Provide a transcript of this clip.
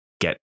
get